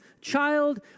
child